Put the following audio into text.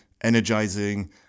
energizing